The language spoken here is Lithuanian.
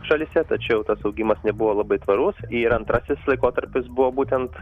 šalyse tačiau tas augimas nebuvo labai tvarus ir antrasis laikotarpis buvo būtent